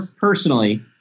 personally